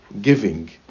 giving